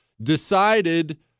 Decided